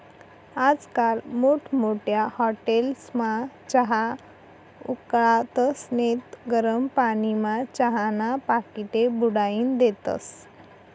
आजकाल मोठमोठ्या हाटेलस्मा चहा उकाळतस नैत गरम पानीमा चहाना पाकिटे बुडाईन देतस